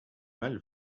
mal